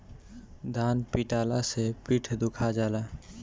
धान पिटाला से पीठ दुखा जाला